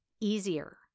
easier